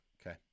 Okay